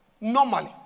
normally